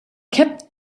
kept